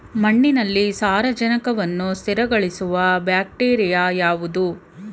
ಮಣ್ಣಿನಲ್ಲಿ ಸಾರಜನಕವನ್ನು ಸ್ಥಿರಗೊಳಿಸುವ ಬ್ಯಾಕ್ಟೀರಿಯಾ ಯಾವುದು?